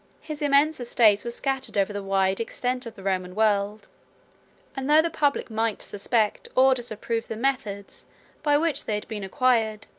his immense estates were scattered over the wide extent of the roman world and though the public might suspect or disapprove the methods by which they had been acquired,